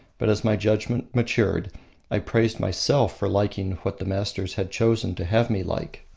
but as my judgement matured i praised myself for liking what the masters had chosen to have me like.